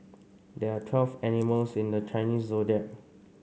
there are twelve animals in the Chinese Zodiac